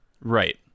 right